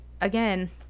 again